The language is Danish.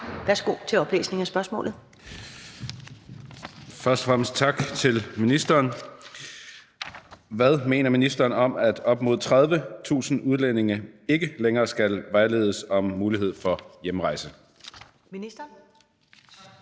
Værsgo til oplæsning af spørgsmålet.